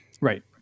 Right